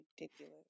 ridiculous